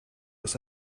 ist